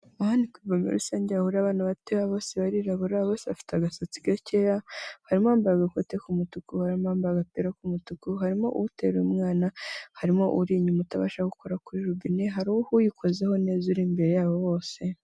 Aha ni ku ivomero rusange aho hahura abana bato, bose barirabura, bose bafite agasatsi gake, harimo uwambaye agakote k'umutuku, harimo uwambaye agapira k'umutuku, harimo uteruye mwana, harimo uri inyuma utabasha gukora kuri robine, hari uyikozeho neza ari imbere yabo bose.